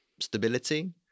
stability